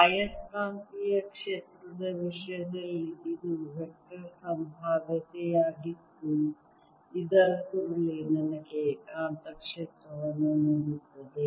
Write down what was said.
ಆಯಸ್ಕಾಂತೀಯ ಕ್ಷೇತ್ರದ ವಿಷಯದಲ್ಲಿ ಇದು ವೆಕ್ಟರ್ ಸಂಭಾವ್ಯತೆಯಾಗಿದ್ದು ಇದರ ಸುರುಳಿ ನನಗೆ ಕಾಂತಕ್ಷೇತ್ರವನ್ನು ನೀಡುತ್ತದೆ